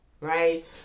right